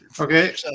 Okay